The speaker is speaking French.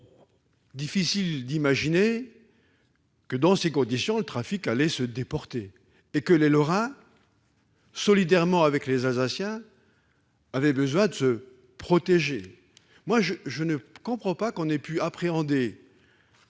pas difficile d'imaginer que, dans ces conditions, le trafic se déporterait et que les Lorrains, solidairement avec les Alsaciens, devraient pouvoir se protéger ! Je ne comprends pas que l'on ait pu appréhender